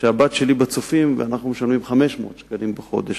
שהבת שלי ב"צופים" ואנחנו משלמים 500 שקלים בחודש.